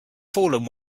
fallen